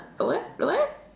what what